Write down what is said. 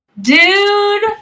Dude